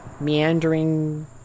meandering